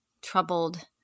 troubled